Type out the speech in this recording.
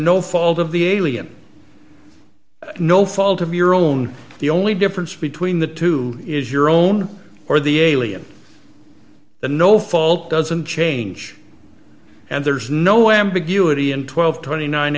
no fault of the alien no fault of your own the only difference between the two is your own or the alien the no fault doesn't change and there's no ambiguity in twelve t